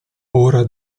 ora